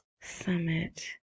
Summit